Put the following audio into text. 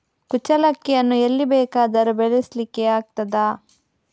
ಕುಚ್ಚಲಕ್ಕಿಯನ್ನು ಎಲ್ಲಿ ಬೇಕಾದರೂ ಬೆಳೆಸ್ಲಿಕ್ಕೆ ಆಗ್ತದ?